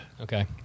Okay